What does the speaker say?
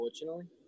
unfortunately